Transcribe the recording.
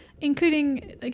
including